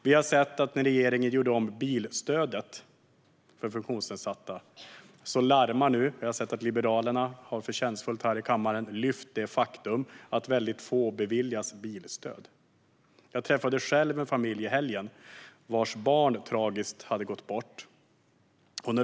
Vi har sett regeringen göra om bilstödet för funktionsnedsatta. Och Liberalerna har förtjänstfullt här i kammaren lyft fram det faktum att väldigt få beviljas bilstöd. Jag träffade i helgen en familj vars barn tragiskt hade gått bort.